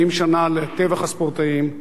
40 שנה לטבח הספורטאים,